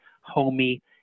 homey